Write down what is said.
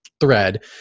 thread